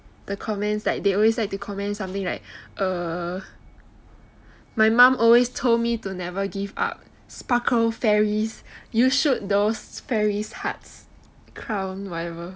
the comments like they always like to comments something like err my mom always told me to never give up sparkle fairies you should though fairies hearts crown whatever